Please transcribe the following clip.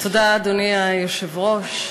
אדוני היושב-ראש,